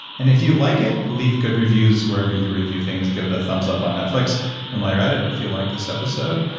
and if you like it leave good reviews wherever you review things. give it a thumbs up on netflix and while you're at it, if you like this episode,